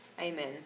Amen